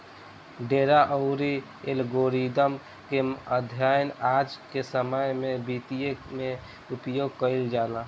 data अउरी algorithm के अध्ययन आज के समय में वित्त में उपयोग कईल जाला